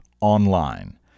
online